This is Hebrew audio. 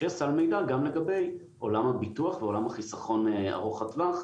שיהיה סל מידע גם לגבי עולם הביטוח ועולם החיסכון ארוך הטווח,